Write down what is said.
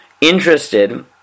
interested